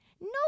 No